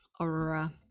aurora